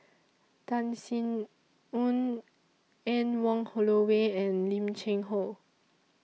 Tan Sin Aun Anne Wong Holloway and Lim Cheng Hoe